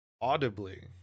Audibly